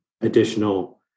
additional